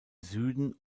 süden